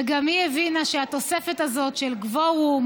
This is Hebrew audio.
וגם היא הבינה שהתוספת הזאת של קוורום